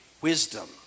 wisdom